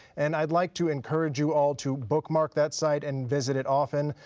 and i'd like to encourage you all to bookmark that site and visit it often.